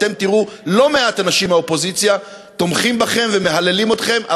אתם תראו לא-מעט אנשים מהאופוזיציה תומכים בכם ומהללים אתכם.